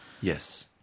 Yes